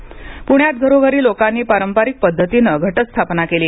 प्ण्यात घरोघरी लोकांनी पारंपरिक पद्धतीनं घटस्थापना केली